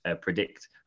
predict